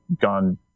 gone